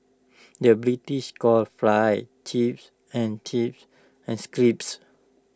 the British calls Fries Chips and chips and scrips